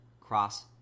Cross